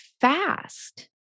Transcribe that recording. fast